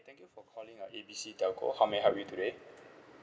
thank you for calling our A B C telco how may I help you today